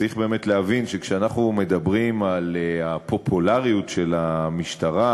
צריך באמת להבין שכשאנחנו מדברים על הפופולריות של המשטרה,